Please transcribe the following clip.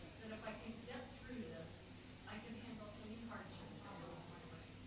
that if i could get through this i could handle any hardship that comes my way.